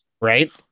Right